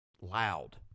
loud